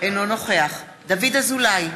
אינו נוכח דוד אזולאי,